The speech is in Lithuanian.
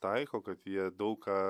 taiko kad jie daug ką